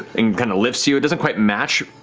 and kind of lifts you. it doesn't quite match.